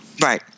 Right